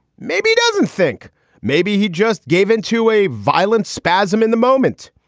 maybe he doesn't think maybe he just gave in to a violent spasm in the moment.